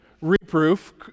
Reproof